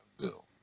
Bill